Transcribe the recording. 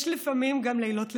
יש לפעמים גם לילות לבנים,